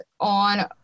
on